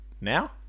Now